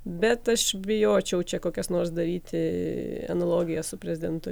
bet aš bijočiau čia kokias nors daryti analogijas su prezidento